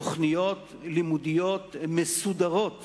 תוכניות לימודים מסודרות